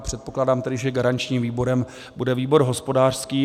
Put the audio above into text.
Předpokládám tedy, že garančním výborem bude výbor hospodářský.